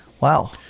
Wow